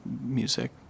music